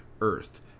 Earth